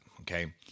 Okay